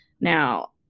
Now